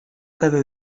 cada